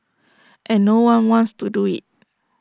and no one wants to do IT